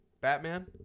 Batman